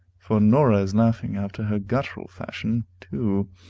for norah is laughing, after her guttural fashion, too